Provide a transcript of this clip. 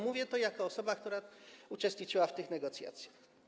Mówię to jako osoba, która uczestniczyła w tych negocjacjach.